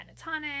pentatonic